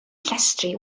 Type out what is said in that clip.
llestri